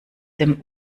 dem